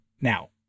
now